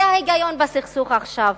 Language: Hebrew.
זה ההיגיון בסכסוך עכשיו: